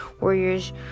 warriors